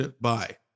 Bye